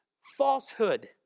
falsehood